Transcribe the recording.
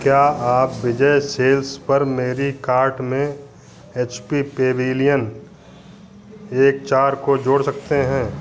क्या आप विजय सेल्स पर मेरी कार्ट में एच पी पेविलियन एक चार को जोड़ सकते हैं